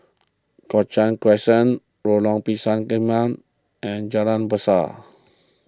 Cochrane Crescent Lorong Pisang Emas and Jalan Berseh